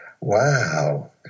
Wow